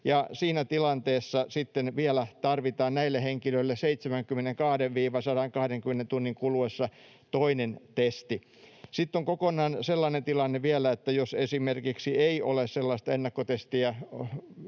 siinä tilanteessa sitten vielä tarvitaan näille henkilöille 72—120 tunnin kuluessa toinen testi. Sitten on kokonaan sellainen tilanne vielä, että jos esimerkiksi ei ole sellaista ennakkotestiä